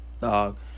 dog